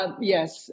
Yes